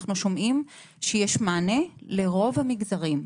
אנחנו שומעים שיש מענה לרוב המגזרים,